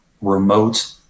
remote